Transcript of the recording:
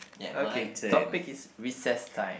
okay topic is recess time